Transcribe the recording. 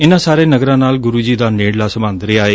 ਇਨੁਾਂ ਸਾਰੇ ਨਗਰਾਂ ਨਾਲ ਗੁਰੁ ਜੀ ਦਾ ਨੇਤਲਾ ਸਬੇਧ ਰਿਹਾ ਏ